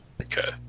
Okay